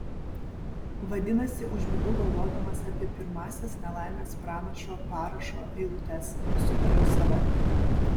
vadinasi užmigau galvodamas apie pirmąsias nelaimės pranašo parašo eilutes subariau save